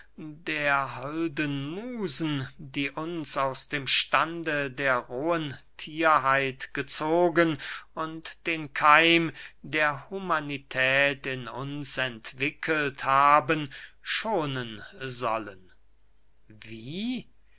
der holden musen die uns aus dem stande der rohen thierheit gezogen und den keim der humanität in uns entwickelt haben schonen sollen wie